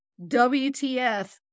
WTF